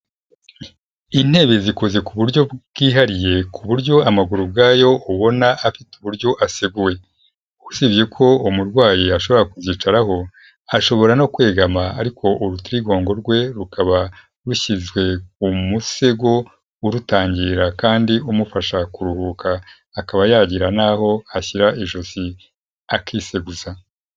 Intebe zikoze ku buryo bwihariye ku buryo amaguru ubwayo ubona afite uburyo aseguye. Usibye ko umurwayi ashobora kuzicaraho, ashobora no kwegama ariko urutirigongo rwe rukaba rushyizwe ku musego urutangira, kandi umufasha kuruhuka. Akaba yagira n'aho ashyira ijosi akiseguza.